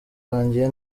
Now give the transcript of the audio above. urangiye